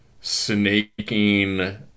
snaking